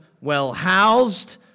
well-housed